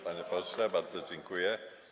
Panie pośle, bardzo dziękuję.